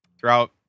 throughout